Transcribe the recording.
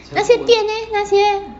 那些店 leh 那些